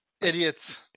Idiots